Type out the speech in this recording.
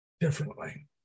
differently